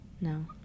no